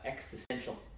Existential